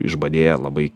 išbadėję labai